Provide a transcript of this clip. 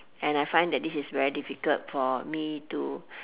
and I find that this is very difficult for me to